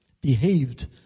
behaved